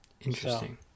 Interesting